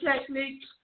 techniques